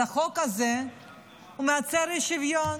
אז החוק הזה מייצר אי-שוויון.